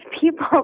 people